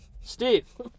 Steve